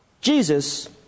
Jesus